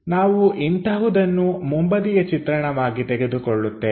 ನಾವು ಇಂತಹುದನ್ನು ಮುಂಬದಿಯ ಚಿತ್ರಣವಾಗಿ ತೆಗೆದುಕೊಳ್ಳುತ್ತೇವೆ